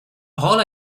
all